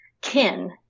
kin